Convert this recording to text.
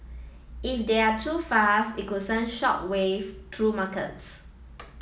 if they're too fast it could send shock wave through markets